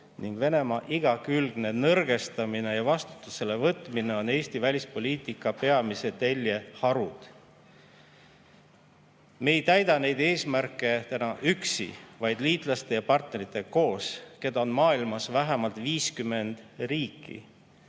ning Venemaa igakülgne nõrgestamine ja vastutusele võtmine on Eesti välispoliitika peamise telje harud. Me ei täida neid eesmärke täna üksi, vaid liitlaste ja partneritega koos, keda on maailmas vähemalt 50 riiki.